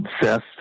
obsessed